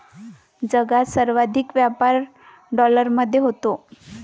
जगात सर्वाधिक व्यापार डॉलरमध्ये होतो